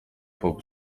pop